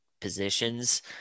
positions